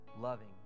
loving